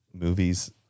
movies